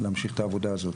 להמשיך את העבודה הזאת.